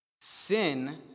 Sin